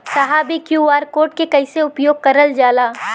साहब इ QR code के कइसे उपयोग करल जाला?